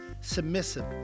submissive